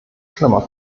schlimmer